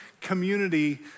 community